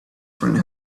friend